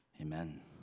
Amen